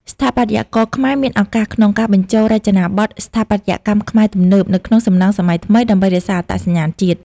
ស្ថាបត្យករខ្មែរមានឱកាសក្នុងការបញ្ចូលរចនាបថ "ស្ថាបត្យកម្មខ្មែរទំនើប" ទៅក្នុងសំណង់សម័យថ្មី ដើម្បីរក្សាអត្តសញ្ញាណជាតិ។